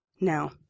Now